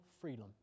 freedom